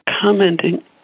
commenting